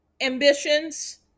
ambitions